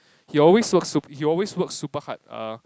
he always work super he always super hard uh